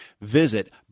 visit